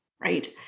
Right